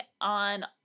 on